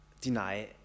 deny